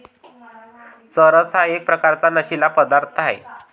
चरस हा एक प्रकारचा नशीला पदार्थ आहे